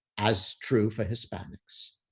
as true for hispanics.